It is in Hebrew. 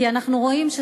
כי אנחנו רואים,